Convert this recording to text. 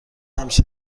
همیشه